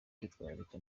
kwitwararika